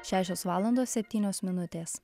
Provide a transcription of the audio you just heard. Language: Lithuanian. šešios valandos septynios minutės